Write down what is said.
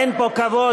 אין פה כבוד,